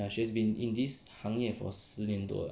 and she's been in this 行业 for 十年多